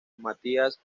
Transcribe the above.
matías